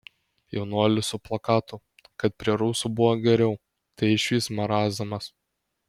jaunuolis su plakatu kad prie rusų buvo geriau tai išvis marazmas